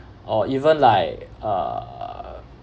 or even like err